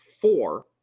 four